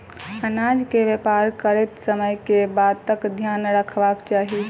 अनाज केँ व्यापार करैत समय केँ बातक ध्यान रखबाक चाहि?